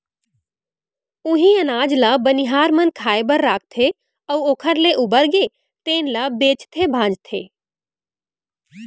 उहीं अनाज ल बनिहार मन खाए बर राखथे अउ ओखर ले उबरगे तेन ल बेचथे भांजथे